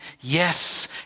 Yes